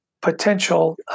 potential